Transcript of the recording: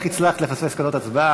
התשע"ד 2014, נתקבל.